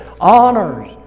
Honors